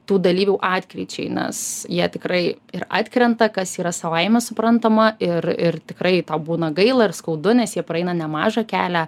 tų dalyvių atkryčiai nes jie tikrai ir atkrenta kas yra savaime suprantama ir ir tikrai tau būna gaila ir skaudu nes jie praeina nemažą kelią